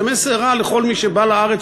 זה מסר רע לכל מי שבא לארץ,